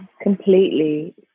completely